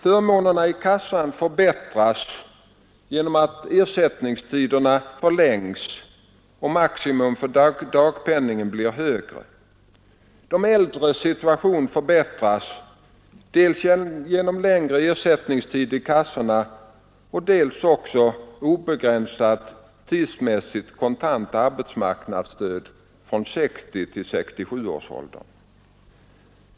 Förmånerna i kassorna förbättras genom att ersättningstiderna förlängs och maximum för dagpenningen blir högre. De äldres situation förbättras dels genom längre ersättningstid i kassorna, dels genom tidsmässigt obegränsat kontant arbetsmarknadsstöd från 60 till 67 års ålder.